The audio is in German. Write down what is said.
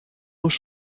muss